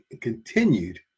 continued